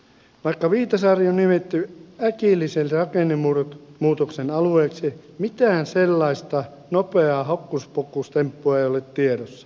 vaikka viitasaari on nimetty äkillisen rakennemuutoksen alueeksi mitään sellaista nopeaa hokkuspokkustemppua ei ole tiedossa